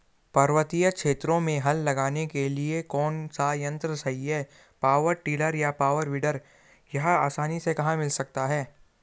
पर्वतीय क्षेत्रों में हल लगाने के लिए कौन सा यन्त्र सही है पावर टिलर या पावर वीडर यह आसानी से कहाँ मिल सकता है?